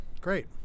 Great